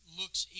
looks